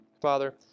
Father